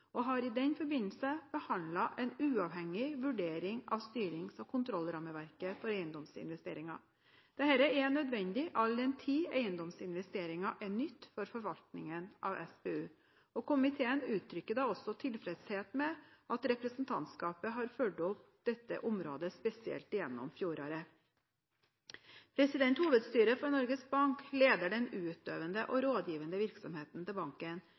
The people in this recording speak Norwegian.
og har i den forbindelse behandlet en uavhengig vurdering av styrings- og kontrollrammeverket for eiendomsinvesteringer. Dette er nødvendig all den tid eiendomsinvesteringer er nytt for forvaltningen av SPU. Komiteen utrykker da også tilfredshet med at representantskapet har fulgt opp dette området spesielt gjennom fjoråret. Hovedstyret for Norges Bank leder den utøvende og rådgivende virksomheten til banken,